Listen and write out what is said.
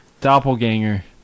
Doppelganger